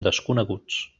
desconeguts